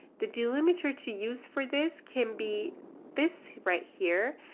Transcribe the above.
the delimiter to use for this can be this right here.